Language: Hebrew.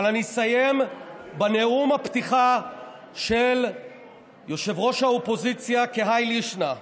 אבל אני אסיים בנאום הפתיחה של ראש האופוזיציה כהאי לישנא.